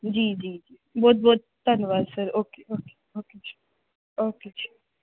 ਜੀ ਜੀ ਜੀ ਬਹੁਤ ਬਹੁਤ ਧੰਨਵਾਦ ਸਰ ਓਕੇ ਓਕੇ ਓਕੇ ਜੀ ਓਕੇ ਜੀ